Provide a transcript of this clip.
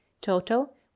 total